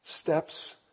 Steps